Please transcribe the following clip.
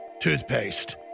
toothpaste